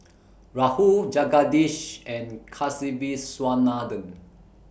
Rahul Jagadish and Kasiviswanathan